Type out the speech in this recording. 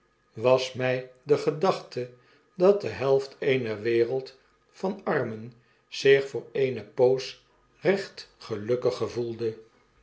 was mjj de gedachte datdehelft eener wereld van armen zich voor eene poos recht gelukkig gevoelde